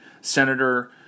senator